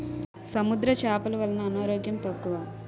సముద్ర చేపలు వలన అనారోగ్యం తక్కువ